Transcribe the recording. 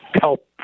help